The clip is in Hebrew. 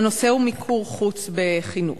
הנושא הוא מיקור חוץ בחינוך.